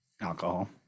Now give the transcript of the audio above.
alcohol